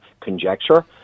conjecture